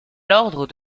l’ordre